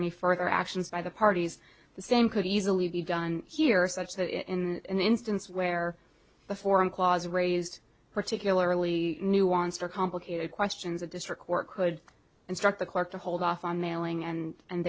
any further actions by the parties the same could easily be done here such that in an instance where the forum clause raised particularly nuanced or complicated questions a district court could instruct the clerk to hold off on mailing and and